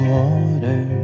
water